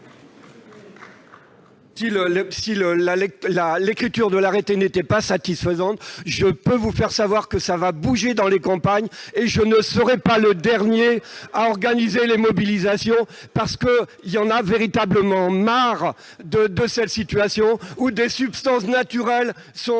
Si la rédaction de l'arrêté n'était pas satisfaisante, je peux vous faire savoir que ça va bouger dans les campagnes ! Je ne serai pas le dernier à organiser les mobilisations, parce qu'il y en a véritablement marre de cette situation où des substances naturelles